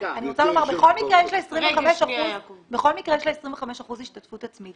בכל מקרה יש לה 25% השתתפות עצמית,